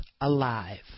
alive